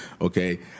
okay